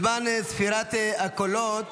הוא מתקיים בירושלים בכל שנה